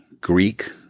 Greek